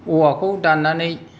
औवाखौ दान्नानै